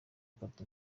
atatu